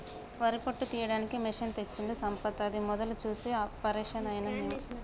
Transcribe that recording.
వరి పొట్టు తీయడానికి మెషిన్ తెచ్చిండు సంపత్ అది మొదలు చూసి పరేషాన్ అయినం మేము